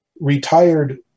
retired